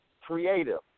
creative